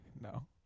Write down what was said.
No